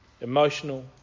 emotional